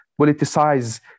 politicize